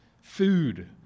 Food